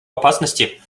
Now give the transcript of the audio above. опасности